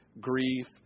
grief